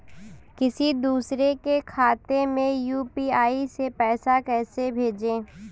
किसी दूसरे के खाते में यू.पी.आई से पैसा कैसे भेजें?